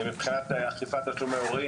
מבחינת אכיפת תשלומי הורים,